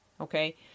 Okay